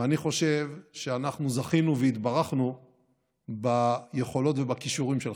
ואני חושב שאנחנו זכינו והתברכנו ביכולות ובכישורים שלך.